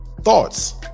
thoughts